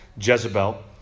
Jezebel